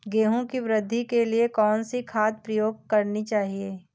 गेहूँ की वृद्धि के लिए कौनसी खाद प्रयोग करनी चाहिए?